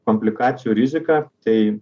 komplikacijų riziką tai